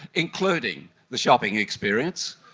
including the shopping experience,